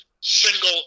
single